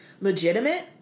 legitimate